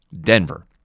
Denver